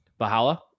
Bahala